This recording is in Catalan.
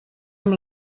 amb